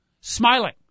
smiling